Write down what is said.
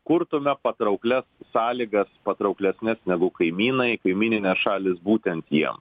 kurtume patrauklias sąlygas patrauklesnes negu kaimynai kaimyninės šalys būtent jiem